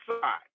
side